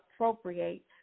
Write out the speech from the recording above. appropriate